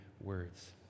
words